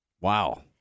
Wow